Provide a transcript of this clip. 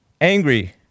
angry